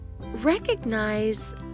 recognize